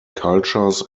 cultures